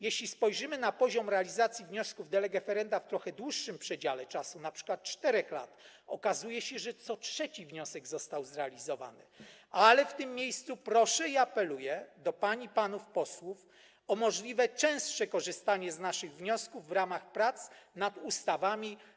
Jeśli spojrzymy na poziom realizacji wniosków de lege ferenda w trochę dłuższym przedziale czasu, np. 4 lat, okazuje się, że co trzeci wniosek został zrealizowany, ale w tym miejscu proszę i apeluję do pań i panów posłów o możliwie częstsze korzystanie z naszych wniosków w ramach prac nad ustawami.